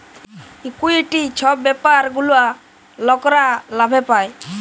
equity ছব ব্যাপার গুলা লকরা লাভে পায়